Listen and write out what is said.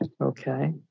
Okay